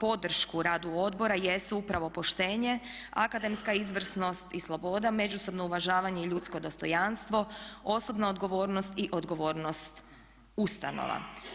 podršku radu odbora jesu upravo poštenje, akademska izvrsnost i sloboda, međusobno uvažavanje i ljudsko dostojanstvo, osobna odgovornost i odgovornost ustanova.